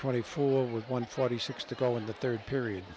twenty four with one forty six to go in the third period